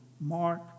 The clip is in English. Mark